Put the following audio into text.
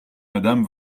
madame